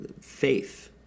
faith